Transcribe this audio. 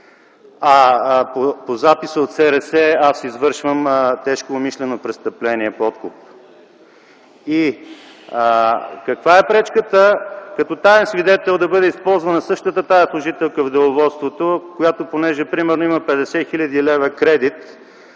А по записа от СРС аз извършвам тежко умишлено престъпление - подкуп. Каква е пречката като таен свидетел да бъде използвана същата тази служителка в деловодството, която примерно има 50 хил. лв. кредит